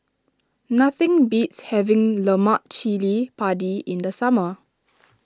nothing beats having Lemak Cili Padi in the summer